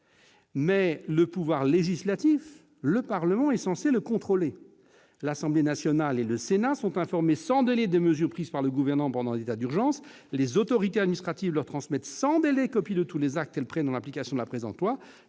mais le pouvoir législatif, c'est-à-dire le Parlement, est censé le contrôler :« L'Assemblée nationale et le Sénat sont informés sans délai des mesures prises par le Gouvernement pendant l'état d'urgence. Les autorités administratives leur transmettent sans délai copie de tous les actes qu'elles prennent en application de la présente loi.